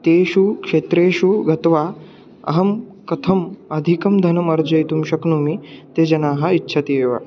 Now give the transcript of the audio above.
तेषु क्षेत्रेषु गत्वा अहं कथम् अधिकं धनम् अर्जयितुं शक्नोमि ते जनाः इच्छन्ति एव